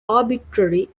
arbitrary